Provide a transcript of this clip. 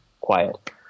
quiet